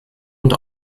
und